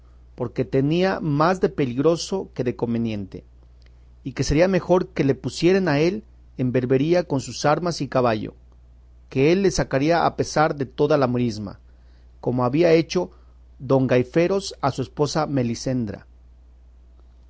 porque tenía más de peligroso que de conveniente y que sería mejor que le pusiesen a él en berbería con sus armas y caballo que él le sacaría a pesar de toda la morisma como había hecho don gaiferos a su esposa